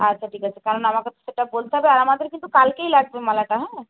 আচ্ছা ঠিক আছে কারণ আমাকে তো সেটা বলতে হবে আর আমাদের কিন্তু কালকেই লাগবে মালাটা হ্যাঁ